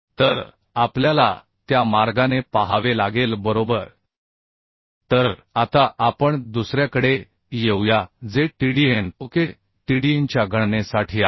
तर आपल्याला त्या मार्गाने पाहावे लागेल बरोबर तर आता आपण दुसऱ्याकडे येऊया जे Tdn ओके Tdnच्या गणनेसाठी आहे